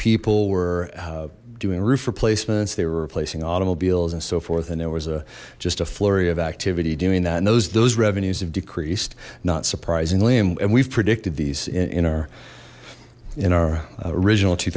people were doing roof replacements they were replacing automobiles and so forth and there was a just a flurry of activity doing that and those those revenues have decreased not surprisingly and we've predicted these in our in our original two